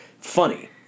Funny